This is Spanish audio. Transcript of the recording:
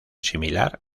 similar